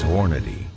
Hornady